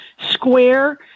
square